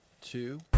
two